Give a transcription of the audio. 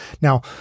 Now